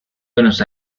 buenos